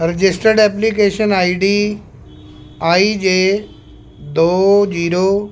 registered application I D I J ਦੋ zero